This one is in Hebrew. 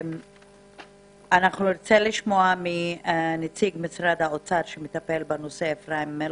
אנחנו נרצה לשמוע מאפרים מלכין,